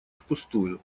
впустую